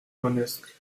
romanesque